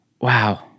Wow